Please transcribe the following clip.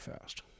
fast